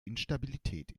instabilität